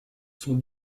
son